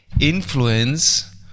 influence